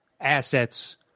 Assets